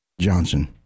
Johnson